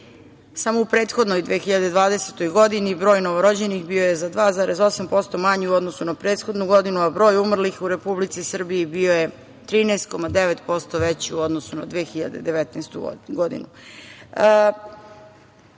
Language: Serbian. Samo u prethodnoj 2020. godini broj novorođenih bio je za 2,8% manji u odnosu na prethodnu godinu, a broj umrlih u Republici Srbiji bio je 13,9% veći u odnosu na 2019. godinu. Ova